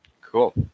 Cool